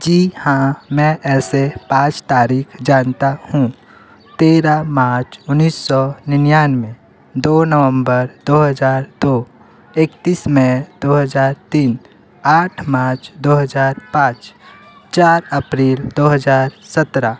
जी हाँ मैं ऐसे पाँच तारीखख़ जनता हूँ तेरह मार्च उन्नीस सौ निन्यानवे दो नवंबर दो हज़ार दो इकतीस मेय दो हज़ार तीन आठ मार्च दो हज़ार पाँच चार अप्रिल दो हज़ार सत्रह